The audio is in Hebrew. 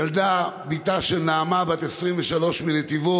ילדה, בתה של נעמה, בת 23 מנתיבות,